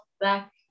back